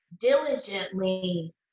diligently